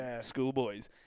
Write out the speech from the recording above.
schoolboys